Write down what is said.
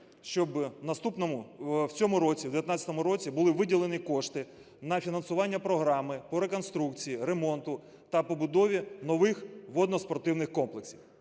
році, в 19-му році, були виділені кошти на фінансування Програми по реконструкції, ремонту та побудові нових водноспортивних комплексів.